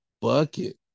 bucket